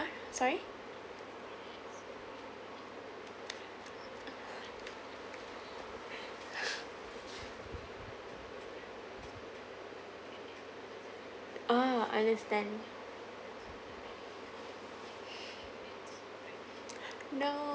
sorry ah understand no